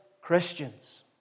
Christians